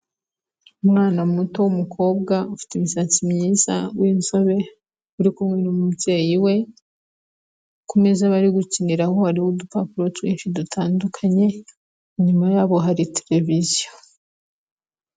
Umwana muto w'umukobwa ufite imisatsi myiza, w'inzobe, uri kumwe n'umubyeyi we, ku meza bari gukiniraho hariho udupapuro twinshi dutandukanye, inyuma yabo hari televiziyo.